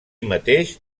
mateix